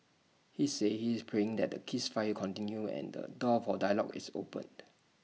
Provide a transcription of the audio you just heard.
he said he is praying that the ceasefire continues and the door for dialogue is opened